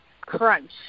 crunch